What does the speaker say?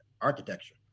architecture